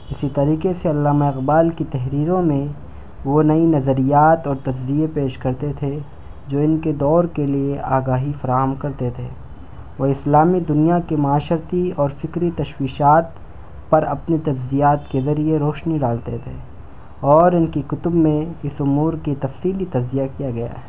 اسی طریقے سے علامہ اقبال کی تحریروں میں وہ نئی نظریات اور تجزیے پیش کرتے تھے جو ان کے دور کے لیے آگاہی فراہم کرتے تھے وہ اسلامی دنیا کے معاشرتی اور فکری تشویشات پر اپنی تجزیاتی کے ذریعے روشنی ڈالتے تھے اور ان کی کتب میں اس امور کی تفصیلی تجزیہ کیا گیا ہے